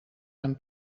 hem